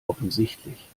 offensichtlich